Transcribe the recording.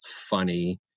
funny